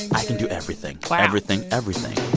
i can do everything wow everything. everything